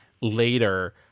later